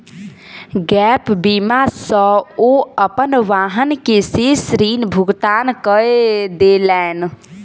gap बीमा सॅ ओ अपन वाहन के शेष ऋण भुगतान कय देलैन